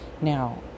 Now